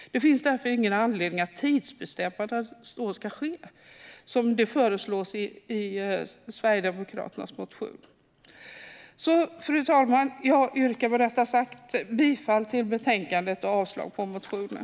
Det finns därför ingen anledning att tidsbestämma när så ska ske, som det föreslås i Sverigedemokraternas motion. Fru talman! Jag yrkar bifall till förslaget i betänkandet och avslag på motionen.